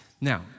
Now